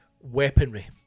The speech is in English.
weaponry